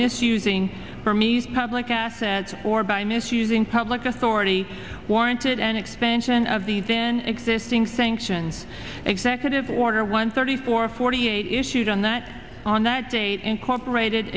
misusing burmese public asset or by misusing public authority warranted an expansion of the then existing thing actions executive order one thirty four forty eight issued on that on that date incorporated